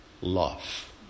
love